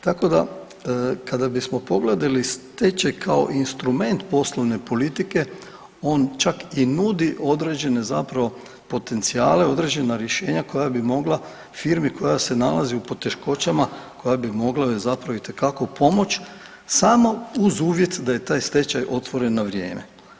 Tako da kada bismo pogledali stečaj kao instrument poslovne politike on čak i nudi određene zapravo potencijale, određena rješenja koja bi mogla firmi koja se nalazi u poteškoćama, koja bi mogla zapravo itekako pomoći samo uz uvjet da je taj stečaj otvoren na vrijeme.